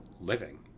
living